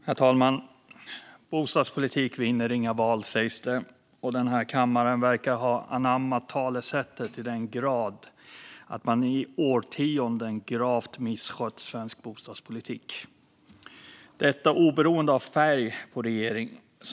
Herr talman! Bostadspolitik vinner inga val sägs det, och den här kammaren verkar ha anammat talesättet till den grad att man i årtionden gravt misskött svensk bostadspolitik - detta oberoende av färg på regering.